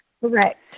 Correct